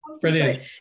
Brilliant